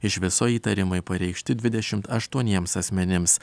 iš viso įtarimai pareikšti dvidešimt aštuoniems asmenims